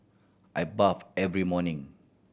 I bathe every morning